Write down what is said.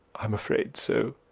i am afraid so.